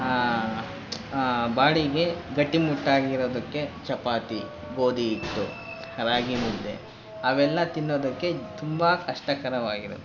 ಬಾಡಿಗೆ ಗಟ್ಟಿಮುಟ್ಟಾಗಿರೋದಕ್ಕೆ ಚಪಾತಿ ಗೋಧಿ ಹಿಟ್ಟು ರಾಗಿ ಮುದ್ದೆ ಅವೆಲ್ಲ ತಿನ್ನೋದಕ್ಕೆ ತುಂಬ ಕಷ್ಟಕರವಾಗಿರುತ್ತೆ